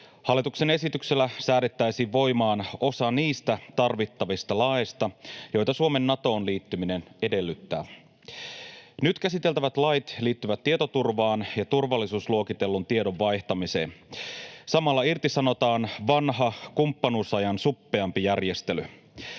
Hallituksen esityksellä säädettäisiin voimaan osa niistä tarvittavista laeista, joita Suomen Natoon liittyminen edellyttää. Nyt käsiteltävät lait liittyvät tietoturvaan ja turvallisuusluokitellun tiedon vaihtamiseen. Samalla irtisanotaan vanha, kumppanuusajan suppeampi järjestely.